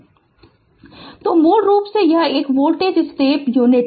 Refer Slide Time 2832 तो मूल रूप से यह एक वोल्टेज स्टेप इनपुट है